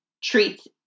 treats